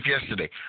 yesterday